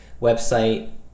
website